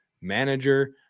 manager